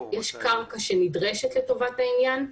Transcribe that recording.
יש קרקע שנדרשת לטובתך העניין,